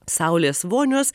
saulės vonios